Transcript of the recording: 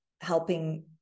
helping